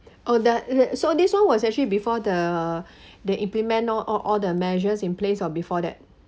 oh the so this one was actually before the they implement or or all the measures in place or before that